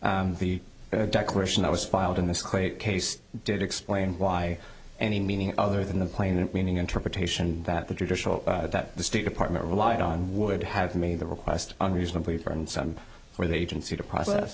the declaration that was filed in this quake case did explain why any meaning other than the plain meaning interpretation that the traditional that the state department relied on would have made the request unreasonable for and some for the agency to process